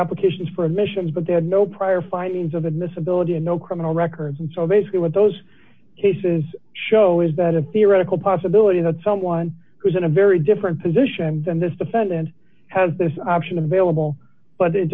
applications for emissions but they had no prior findings of admissibility and no criminal records and so basically what those cases show is that a theoretical possibility that someone who is in a very different position than this defendant has this option available but it's